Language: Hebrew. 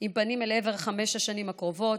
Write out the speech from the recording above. עם הפנים אל חמש השנים הקרובות.